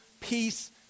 peace